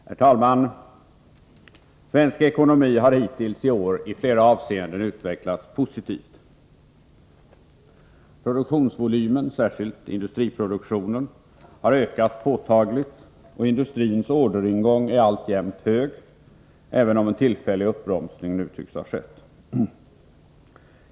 Herr talman! Svensk ekonomi har hittills i år i flera avseenden utvecklats positivt. Produktionsvolymen, särskilt industriproduktionen, har ökat påtagligt, och industrins orderingång är alltjämt hög, även om en tillfällig uppbromsning nu tycks ha skett.